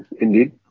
Indeed